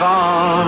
on